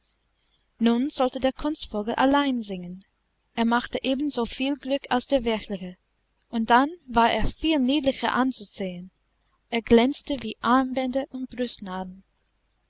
nun sollte der kunstvogel allein singen er machte ebenso viel glück als der wirkliche und dann war er viel niedlicher anzusehen er glänzte wie armbänder und